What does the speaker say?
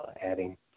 adding